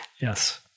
Yes